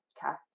cast